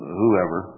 whoever